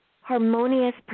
harmonious